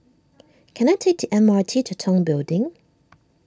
can I take T M R T to Tong Building